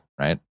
right